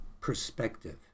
perspective